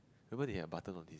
remember they had button on it